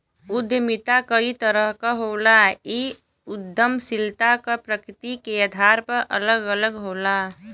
उद्यमिता कई तरह क होला इ उद्दमशीलता क प्रकृति के आधार पर अलग अलग होला